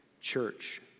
church